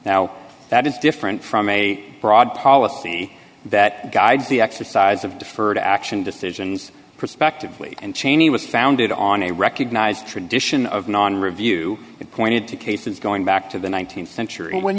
now that is different from a broad policy that guides the exercise of deferred action decisions prospectively and cheney was founded on a recognized tradition of non review it pointed to cases going back to the th century